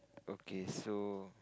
okay so